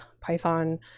Python